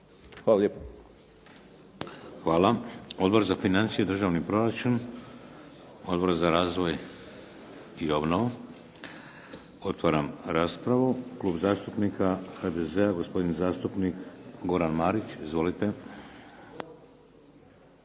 (HDZ)** Hvala. Odbor za financije i državni proračun? Odbor za razvoj i obnovu? Otvaram raspravu. Klub zastupnika HDZ-a, gospodin zastupnik Goran Marić. Izvolite.